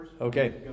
Okay